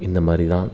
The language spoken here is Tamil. இந்தமாரிலாம்